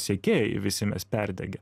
siekėjai visi mes perdegę